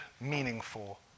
meaningful